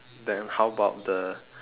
then how about the